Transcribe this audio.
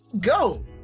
Go